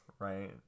Right